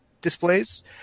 displays